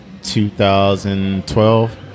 2012